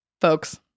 folks